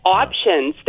options